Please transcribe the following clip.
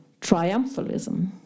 triumphalism